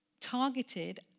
targeted